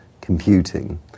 Computing